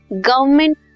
government